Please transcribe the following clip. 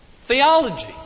theology